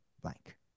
blank